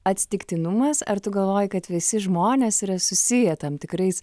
atsitiktinumas ar tu galvojai kad visi žmonės yra susiję tam tikrais